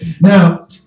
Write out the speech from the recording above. now